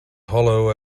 hollow